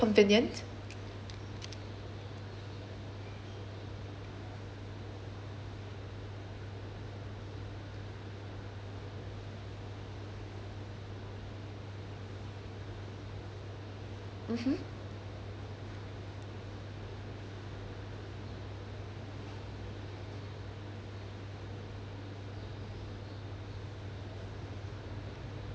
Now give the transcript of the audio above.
mmhmm